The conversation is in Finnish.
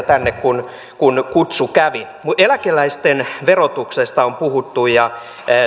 tänne kun kun kutsu kävi eläkeläisten verotuksesta on puhuttu ja